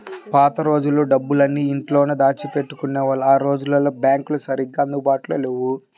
పాత రోజుల్లో డబ్బులన్నీ ఇంట్లోనే దాచిపెట్టుకునేవాళ్ళు ఆ రోజుల్లో బ్యాంకులు సరిగ్గా అందుబాటులో లేవు